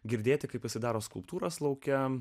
girdėti kai pasidaro skulptūros lauke